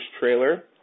trailer